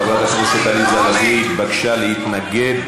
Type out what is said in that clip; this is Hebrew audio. חברת הכנסת עליזה לביא ביקשה להתנגד